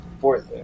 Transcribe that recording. Fourth